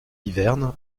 hiverne